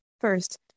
First